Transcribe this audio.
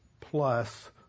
plus